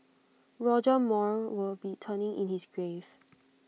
Roger Moore would be turning in his grave